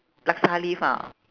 laksa leaf ah